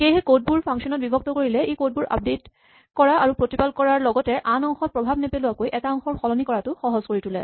সেয়েহে কড বোৰ ফাংচন ত বিভক্ত কৰিলে ই কড বোৰ আপডেট কৰা আৰু প্ৰতিপাল কৰাটো লগতে আন অংশত প্ৰভাৱ নেপেলোৱাকৈ এটা অংশৰ সলনি কৰাটো সহজ কৰি তোলে